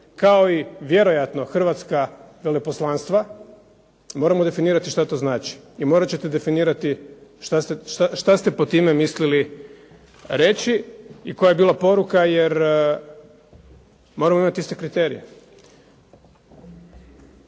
kao i vjerojatno Hrvatska veleposlanstva, morat ćemo definirati što to znači i što ste pod time mislili reći i koja je bila poruka jer moramo imati iste kriterije.